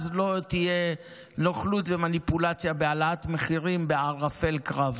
אז לא תהיה נוכלות ומניפולציה בהעלאת מחירים בערפל קרב.